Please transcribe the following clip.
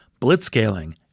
blitzscaling